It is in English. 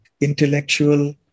intellectual